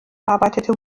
arbeitete